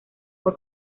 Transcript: fue